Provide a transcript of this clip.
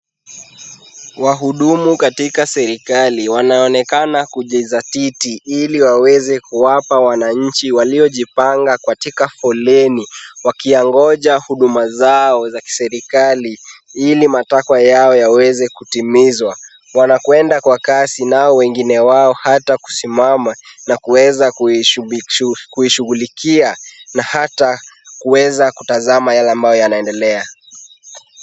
Wahudumu katika serikali wanaonekana kujizatiti ili waweze kuwapa wananchi waliojipanga katika foleni wakingoja huduma zao za kiserikali ili matakwa yao yaweze kutimizwa. Wanakwenda kwa kasi nao wengine wao hata kusimama na kuweza kuishughulikia na hata kuweza kutazama yale ambayo yanaendelea.